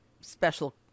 special